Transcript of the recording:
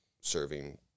serving